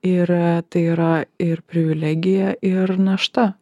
ir tai yra ir privilegija ir našta